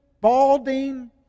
balding